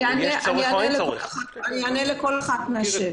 אני אענה לכל השאלות.